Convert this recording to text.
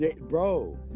bro